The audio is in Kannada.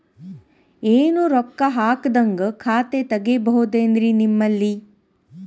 ಏನು ರೊಕ್ಕ ಹಾಕದ್ಹಂಗ ಖಾತೆ ತೆಗೇಬಹುದೇನ್ರಿ ನಿಮ್ಮಲ್ಲಿ?